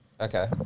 Okay